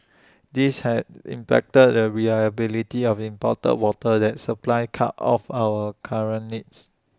this has impacted the reliability of imported water that supplies cut of our current needs